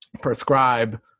prescribe